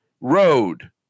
Road